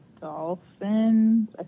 Dolphins